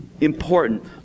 important